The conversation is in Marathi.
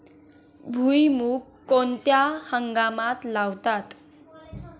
भुईमूग कोणत्या हंगामात लावतात?